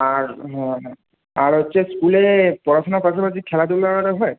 আর হ্যাঁ হ্যাঁ আর হচ্ছে স্কুলে পড়াশোনার পাশাপাশি খেলাধুলা আরে হয়